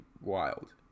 wild